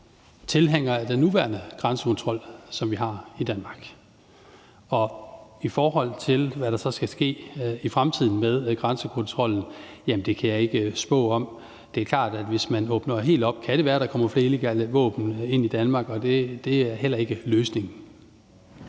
tilhængere af den nuværende grænsekontrol, som vi har i Danmark. Og hvad der så skal ske i fremtiden med grænsekontrollen, kan jeg ikke spå om. Det er klart, at hvis man åbner helt op, kan det være, der kommer flere illegale våben ind i Danmark, og det er heller ikke løsningen.